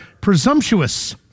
presumptuous